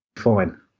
fine